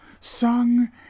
sung